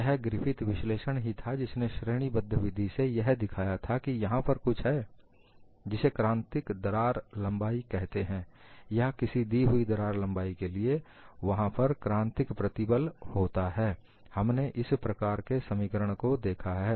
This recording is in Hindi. यह ग्रिफिथ विश्लेषण ही था जिसने श्रेणीबद्ध विधि से यह दिखाया कि यहां पर कुछ है जिसे क्रांतिक दरार लंबाई कहते हैं या किसी दी हुई दरार लंबाई के लिए वहां पर क्रांतिक प्रतिबल होता है हमने इस प्रकार के समीकरण को देखा है